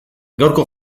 gaurko